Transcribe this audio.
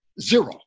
Zero